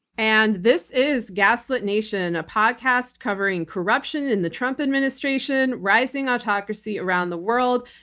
and this is gaslit nation, a podcast covering corruption in the trump administration, rising autocracy around the world,